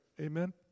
Amen